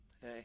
hey